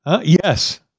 Yes